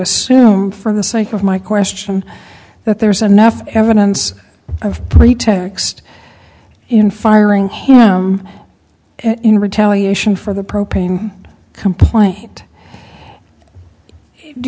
assume for the sake of my question that there's enough evidence of pretext in firing him in retaliation for the propane complaint do